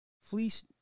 Fleece